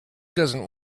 doesn’t